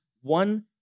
one